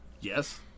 Yes